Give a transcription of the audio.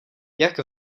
jak